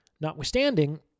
Notwithstanding